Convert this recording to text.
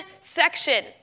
section